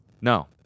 No